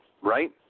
right